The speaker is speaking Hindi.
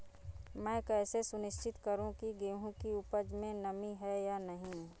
मैं कैसे सुनिश्चित करूँ की गेहूँ की उपज में नमी है या नहीं?